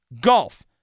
Golf